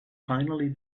finally